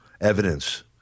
evidence